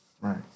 Right